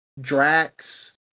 Drax